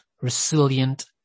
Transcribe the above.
resilient